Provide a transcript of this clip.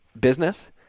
business